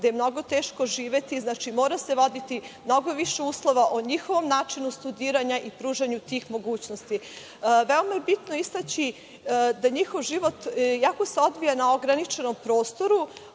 gde je mnogo teško živeti, znači mora se voditi mnogo više uslova o njihovom načinu studiranja i pružanju tih mogućnosti. Veoma je bitno istaći da njihov život, iako se odvija na ograničenom prostoru,